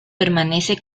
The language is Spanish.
permanece